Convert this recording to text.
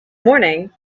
morning